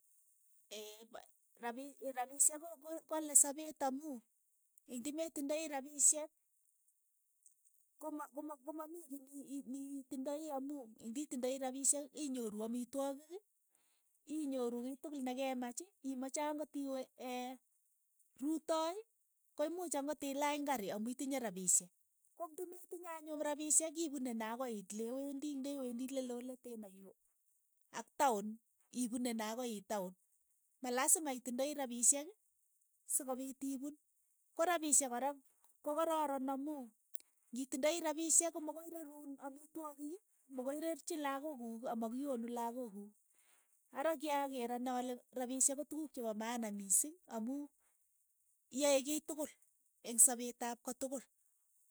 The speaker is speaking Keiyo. Eeh rapii ii rapisheek ko- ko- kowale sapeet amu intimetindoi rapishek ko- ma- ko- ma- ko mamii kii ni ii- iitindoi amu inditindoi rapisheek inyoru amitwogik, inyoru kei tukul ne ke maach, imache ang'ot iwe eee rutoi ko imuuch ang'ot ilaany kari amu itinye rapishek, ko ndimetinyei anyun rapishek ipunee nee akoi iit lewendii ndewendii le loo leteno yuu ak taon, ipune nee akoi iit taon, ma lasima itindoi rapishek, sikopiit ipuun, ko rapsishek kora ko kararan amu ngitindoi rapishek, ko mo koi reruun amitwogik, makoi rerchii lakook kuuk ama kionu lakook kuuk, ara kyakeer ane ale rapisheek ko tukuuk che pa maana mising amu yae kei tukul eng' sapeet ap kotukul.